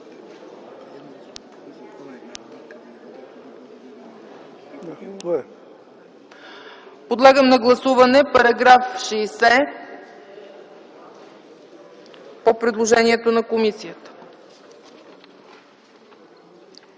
Подлагам на гласуване § 67 по предложението на комисията.